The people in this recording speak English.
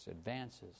advances